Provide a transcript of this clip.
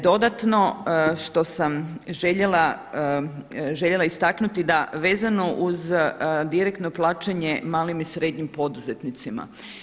Dodatno što sam željela istaknuti da vezano uz direktno plaćanje malim i srednjim poduzetnicima.